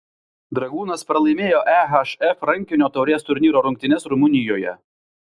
dragūnas pralaimėjo ehf rankinio taurės turnyro rungtynes rumunijoje